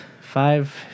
five